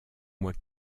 mois